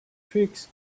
twigs